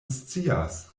scias